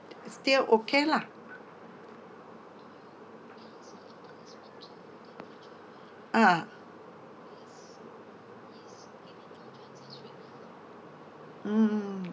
still okay lah uh mm